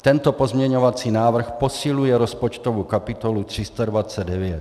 Tento pozměňovací návrh posiluje rozpočtovou kapitolu 329.